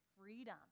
freedom